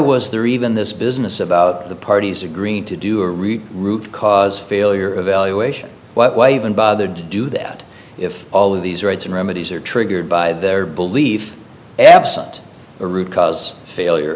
was there even this business about the parties agreeing to do a real root cause failure evaluation why even bother to do that if all of these rights and remedies are triggered by their belief absent a root cause failure